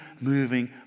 moving